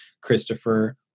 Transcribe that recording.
Christopher